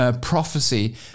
prophecy